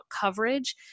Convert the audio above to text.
coverage